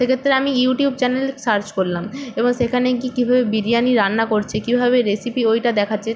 সেক্ষেত্রে আমি YouTube channel search করলাম এবং সেখানে কী কীভাবে বিরিয়ানি রান্না করছে কীভাবে রেসিপি ওইটা দেখাচ্ছে